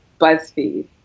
BuzzFeed